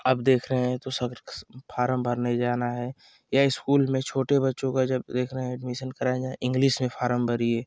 अब देख रेहे हैं तो फारम भरने जाना है या इस्कूल में छोटे बच्चों का जब देख रेहे हैं एडमिसन कराने जाएँ इंग्लिस में फारम भड़िए